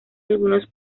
algunos